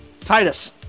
Titus